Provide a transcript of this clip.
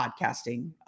podcasting